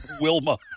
Wilma